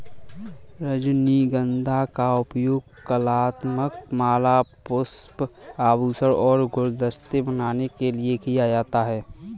रजनीगंधा का उपयोग कलात्मक माला, पुष्प, आभूषण और गुलदस्ते बनाने के लिए किया जाता है